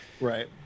right